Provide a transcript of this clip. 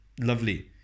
lovely